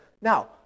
Now